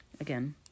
Again